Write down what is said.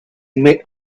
made